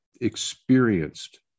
experienced